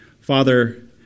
Father